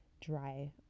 dry